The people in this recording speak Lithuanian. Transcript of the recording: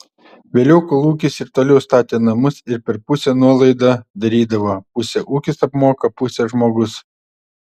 vėliau kolūkis ir toliau statė namus ir per pusę nuolaidą darydavo pusę ūkis apmoka pusę žmogus